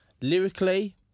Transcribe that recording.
lyrically